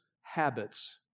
habits